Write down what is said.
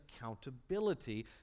accountability